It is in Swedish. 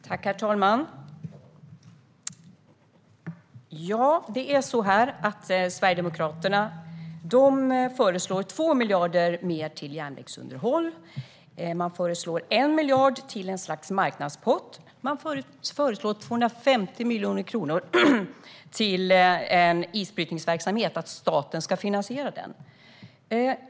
Herr talman! Sverigedemokraterna föreslår 2 miljarder mer till järnvägsunderhåll, 1 miljard till ett slags marknadspott och 250 miljoner kronor till en isbrytningsverksamhet som staten ska finansiera.